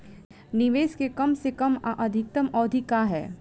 निवेश के कम से कम आ अधिकतम अवधि का है?